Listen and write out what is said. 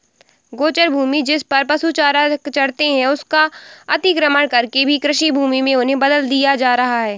गोचर भूमि, जिसपर पशु चारा चरते हैं, उसका अतिक्रमण करके भी कृषिभूमि में उन्हें बदल दिया जा रहा है